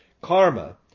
karma